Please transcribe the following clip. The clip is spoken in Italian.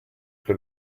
che